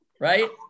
Right